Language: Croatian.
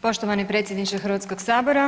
Poštovani predsjedniče Hrvatskog sabora,